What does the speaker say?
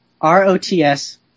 R-O-T-S